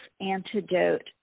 antidote